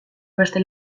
beste